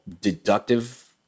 deductive